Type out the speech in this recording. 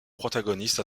protagonistes